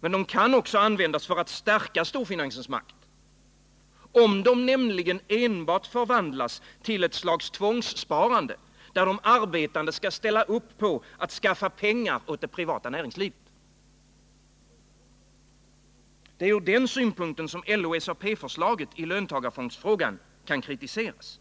Men de kan också användas för att stärka storfinansens makt, nämligen om de enbart förvandlas till ett slags tvångssparande, där de arbetande skall ställa upp på att skaffa pengar åt det privata näringslivet. Det är från den synpunkten som LO-SAP:s förslag i löntagarfondsfrågan kan kritiseras.